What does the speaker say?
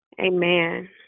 Amen